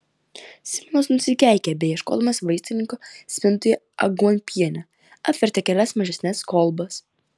simonas nusikeikė beieškodamas vaistininko spintoje aguonpienio apvertė kelias mažesnes kolbas